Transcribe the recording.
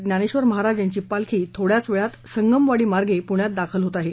ज्ञानेश्वर महाराज यांची पालखी थोड्याच वेळात संगमवाडी मार्गे पुण्यात दाखल होत आहे